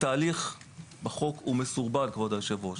התהליך בחוק מסורבל, כבוד היושב-ראש.